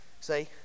see